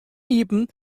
iepen